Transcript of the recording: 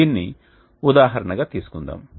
దీనిని ఉదాహరణగా తీసుకుందాం